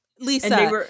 Lisa